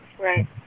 Right